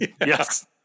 yes